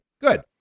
good